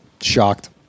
shocked